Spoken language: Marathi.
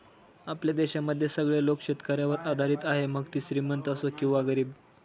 आपल्या देशामध्ये सगळे लोक शेतकऱ्यावर आधारित आहे, मग तो श्रीमंत असो किंवा गरीब